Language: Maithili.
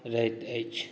रहैत अछि